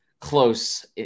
close